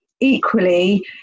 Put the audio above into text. equally